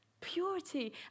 purity